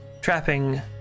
trapping